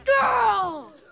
girl